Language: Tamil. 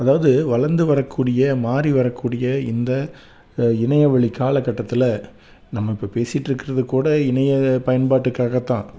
அதவாது வளர்ந்து வர கூடிய மாறி வர கூடிய இந்த இணையவழி காலக்கட்டத்தில் நம்ம இப்போ பேசிட்டு இருக்கிறது கூட இணைய பயன்பாட்டுக்காக தான்